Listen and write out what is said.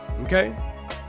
okay